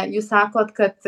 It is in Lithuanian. jūs sakot kad